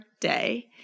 day